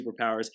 superpowers